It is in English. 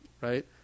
right